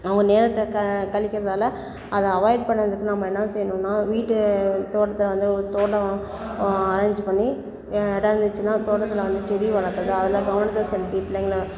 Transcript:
அவங்க நேரத்தை கழிக்கறதால அதை அவாய்ட் பண்ணுறதுக்கு நம்ம என்ன செய்யணும்னா வீட்டு தோட்டத்தை வந்து ஒரு தோட்டம் அரேஞ்ச் பண்ணி இடம் இருந்துச்சுனா தோட்டத்தில் வந்து செடி வளக்கிறது அதில் கவனத்தை செலுத்தி பிள்ளைங்களை